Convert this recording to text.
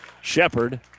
Shepard